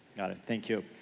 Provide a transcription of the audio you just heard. got it. thank you.